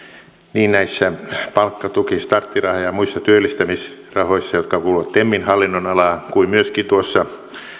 niin näissä palkkatuki startti ja muissa työllistämisrahoissa jotka kuuluvat temin hallinnonalaan kuin myöskin tuossa